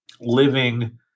living